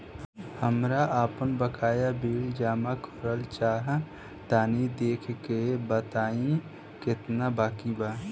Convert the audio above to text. हमरा आपन बाकया बिल जमा करल चाह तनि देखऽ के बा ताई केतना बाकि बा?